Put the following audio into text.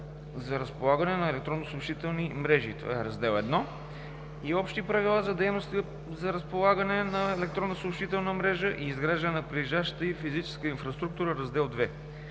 за разполагане на електронни съобщителни мрежи – Раздел I, и Общи правила за дейностите по разполагане на електронни съобщителни мрежи и изграждането на прилежащата й физическа инфраструктура – Раздел II.